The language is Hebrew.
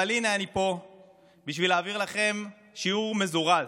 אבל הינה, אני פה בשביל להעביר לכם שיעור מזורז.